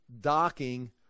docking